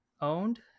owned